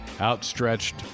outstretched